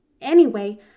Anyway